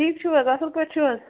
ٹھیٖک چھِو حظ اَصٕل پٲٹھی چھِو حظ